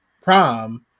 prom